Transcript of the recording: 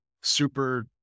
super